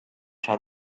try